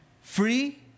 Free